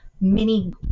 mini